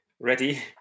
ready